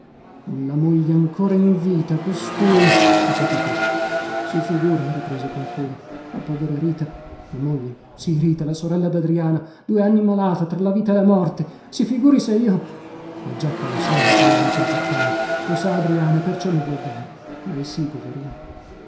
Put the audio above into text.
con la moglie ancora in vita costui ho capito si figuri riprese con foga la povera rita la moglie sì rita la sorella dadriana due anni malata tra la vita e la morte si figuri se io ma già qua lo sanno comio mi comportai lo sa adriana e perciò mi vuol bene lei sì poverina